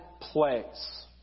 place